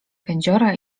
kędziora